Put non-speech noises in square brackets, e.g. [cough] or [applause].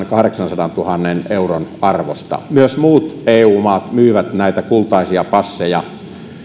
[unintelligible] kahdeksansadantuhannen euron arvosta myös muut eu maat myyvät näitä kultaisia passeja